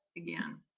again.